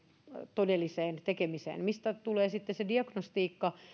todelliseen tekemiseen mistä tulee sitten se diagnostiikka